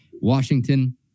Washington